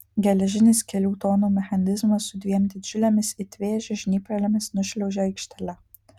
geležinis kelių tonų mechanizmas su dviem didžiulėmis it vėžio žnyplėmis nušliaužė aikštele